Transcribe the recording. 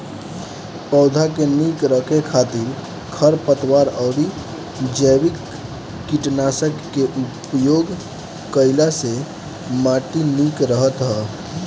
पौधा के निक रखे खातिर खरपतवार अउरी जैविक कीटनाशक के उपयोग कईला से माटी निक रहत ह